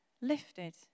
lifted